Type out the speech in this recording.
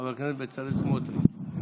חבר הכנסת בצלאל סמוטריץ'.